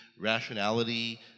rationality